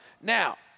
Now